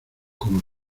como